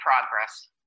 progress